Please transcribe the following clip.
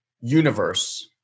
universe